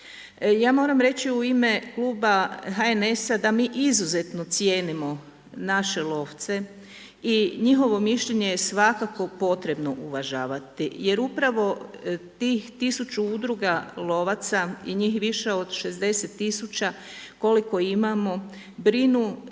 Ja moram reći u ime kluba HNS-a da mi izuzetno cijenimo naše lovce i njihovo mišljenje je svakako potrebno uvažavati jer upravo tih 1000 udruga lovaca i njih više od 60 tisuća koliko imamo brinu